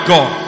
God